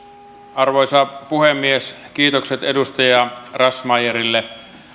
arvoisa puhemies kiitokset edustaja razmyarille